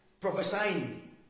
prophesying